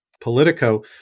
Politico